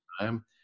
time